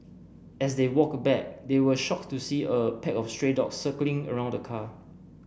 as they walked back they were shocked to see a pack of stray dogs circling around the car